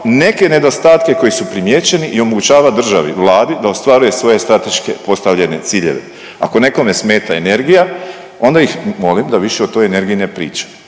neke nedostatke koji su primijećeni i omogućava državi, Vladi da ostvaruje svoje statičke postavljene ciljeve. Ako nekome smeta energija onda ih molim da više o toj energiji ne priča,